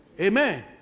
Amen